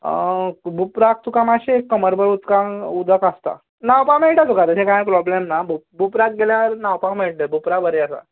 बुपराक तुका मातशे कमरभर उदकांत उदक आसता न्हांवपाक मेळटा तुका तशें कांय प्रोबल्म ना बुपराक गेल्यार न्हांवपाक मेळटलें बुपरा बरें आसा